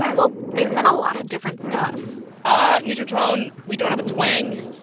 well, they said a lot of different stuff ah neutral tone. we don't have a twang.